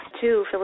Two